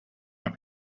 are